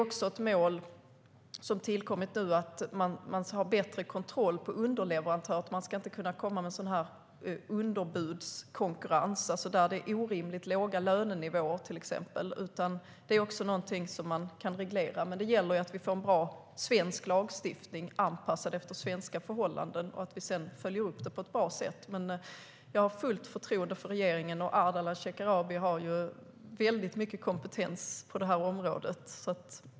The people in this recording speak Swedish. Ett annat mål som tillkommit nu är att man ska ha bättre kontroll på underleverantörer. Man ska inte kunna komma med underbudskonkurrens där det till exempel är orimligt låga lönenivåer. Det är också någonting som kan regleras. Det gäller att vi får en bra svensk lagstiftning anpassad efter svenska förhållanden och att vi sedan följer upp den på ett bra sätt. Jag har fullt förtroende för regeringen. Ardalan Shekarabi har väldigt mycket kompetens på området.